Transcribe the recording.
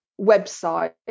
website